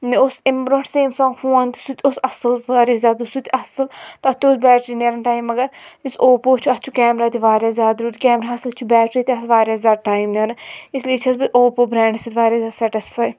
مےٚ اوس اَمہِ برونٛٹھ سیٚمسَنٛگ فوٗن تہِ سُہ تہِ اوس اصٕل واریاہ زیادٕ اوس سُہ تہِ اصٕل تَتھ تہِ اوس بیٹری نیران ٹایم مگر یُس اوپو چھُ اَتھ چھُ کیمرا تہِ واریاہ زیادٕ رُت کیمراہَس سۭتۍ چھُ بیٹری تہِ اَتھ واریاہ زیادٕ ٹایم نیران اس لیے چھَس بہٕ اوپو برٛینٛڈَس سۭتۍ واریاہ زیادٕ سیٚٹٕسفاے